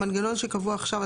המנגנון שקבוע עכשיו.